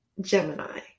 Gemini